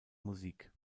musik